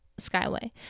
skyway